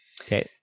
okay